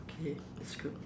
okay that's good